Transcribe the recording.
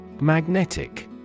Magnetic